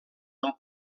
del